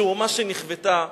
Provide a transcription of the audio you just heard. שאומה שנכוותה,